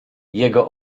jego